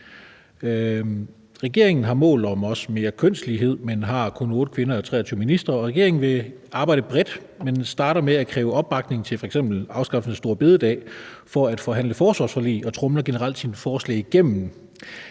Regeringen har også mål om mere kønslighed, men har kun 8 kvindelige ministre ud af 23 ministre, og regeringen vil arbejde bredt, men starter med at kræve opbakning til f.eks. afskaffelsen af store bededag for at forhandle forsvarsforlig og tromler generelt sine forslag igennem.